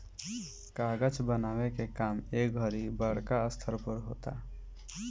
कागज बनावे के काम ए घड़ी बड़का स्तर पर होता